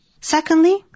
Secondly